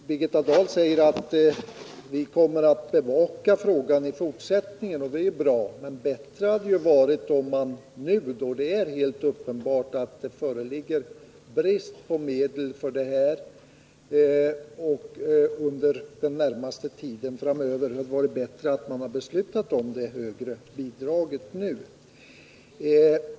Birgitta Dahl säger att man kommer att bevaka frågan i fortsättningen, och det är ju bra. Men då det är helt uppenbart att det råder brist på medel för detta ändamål nu och under den närmaste framtiden, hade det varit bättre att man beslutat om det högre bidraget nu.